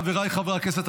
חבריי חברי הכנסת,